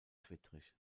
zwittrig